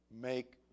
make